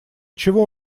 чего